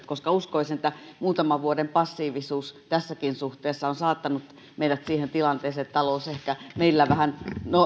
koska uskoisin että muutaman vuoden passiivisuus tässäkin suhteessa on saattanut meidät siihen tilanteeseen että talous ehkä meillä vähän